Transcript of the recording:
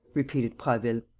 repeated prasville.